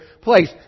place